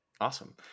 Awesome